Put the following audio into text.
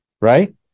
right